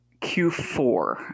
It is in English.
Q4